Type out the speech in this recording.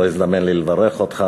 לא הזדמן לי לברך אותך,